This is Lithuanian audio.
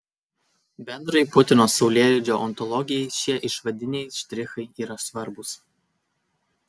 bendrajai putino saulėlydžio ontologijai šie išvadiniai štrichai yra svarbūs